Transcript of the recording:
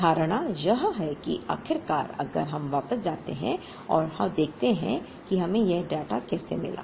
धारणा यह है कि आखिरकार अगर हम वापस जाते हैं और देखते हैं कि हमें यह डेटा कैसे मिला